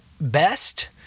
best